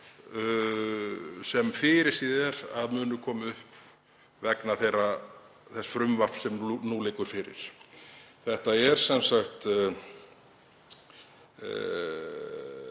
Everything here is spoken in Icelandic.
sem fyrirséð er að munu koma upp vegna þess frumvarps sem nú liggur fyrir. Þetta er mál sem